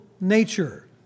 nature